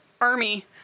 army